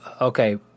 Okay